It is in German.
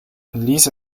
lies